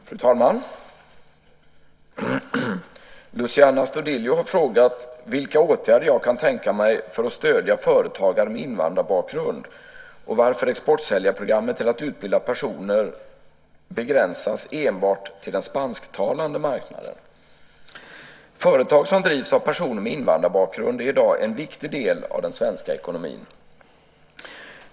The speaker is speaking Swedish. Fru talman! Luciano Astudillo har frågat vilka åtgärder jag kan tänka mig för att stödja företagare med invandrarbakgrund och varför exportsäljarprogrammet som syftar till att utbilda personer begränsas enbart till den spansktalande marknaden. Företag som drivs av personer med invandrarbakgrund är i dag en viktig del av den svenska ekonomin.